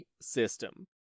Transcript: system